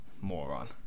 moron